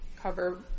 cover